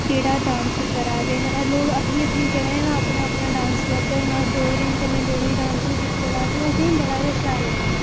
की ओह् केह्ड़ा डांस करा दे ते लोक अपनी अपनी जगह दा डांस करदे न ते हून अस डोगरे न ते में डोगरी डांस बी कीते दा ते ओह् असेंगी बड़ा गै शैल लगदा